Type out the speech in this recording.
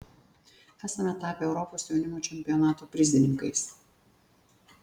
esame tapę europos jaunimo čempionato prizininkais